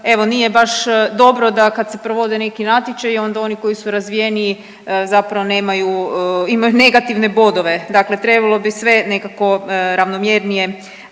evo nije baš dobro da kad se provode neki natječaji onda oni koji su razvijeniji zapravo nemaju, imaju negativne bodove. Dakle, trebalo bi sve nekako ravnomjernije